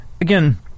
again